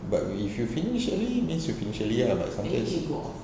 but if if you finish early means you finish early lah but sometimes